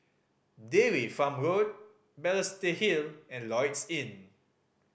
Dairy Farm Road Balestier Hill and Lloyds Inn